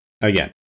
again